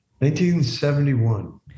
1971